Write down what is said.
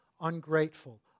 ungrateful